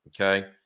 Okay